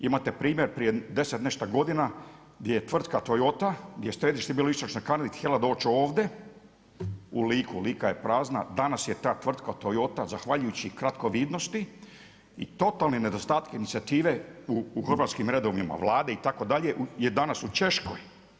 Imate primjer prije 10 i nešto godina gdje je tvrtaka Toyota, gdje je središte u istočnoj Kanadi, htjela doći ovdje, u Liku, Lika je prazna, danas je ta tvrtka Toyota, zahvaljujući kratkovidnosti i totalne nedostatke inicijative u hrvatskim redovima Vlade, itd., je danas u Češkoj.